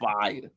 fire